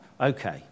Okay